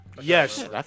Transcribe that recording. Yes